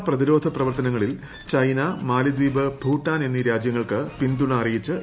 corona പ്രതിരോക്പ്രവർത്തനങ്ങളിൽ China മാലിദ്വീപ് ന് ഭൂട്ടാൻ എന്നീ രാജൃ്ങ്ങൾക്ക് പിന്തുണ അറിയിച്ച് ഇന്തൃ